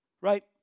Right